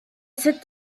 sit